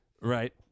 Right